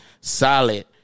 solid